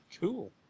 Cool